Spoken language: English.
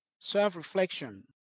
self-reflection